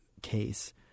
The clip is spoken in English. case